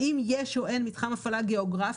האם יש או אין מתחם הפעלה גיאוגרפי?